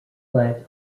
flat